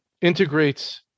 integrates